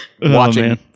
watching